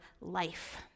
life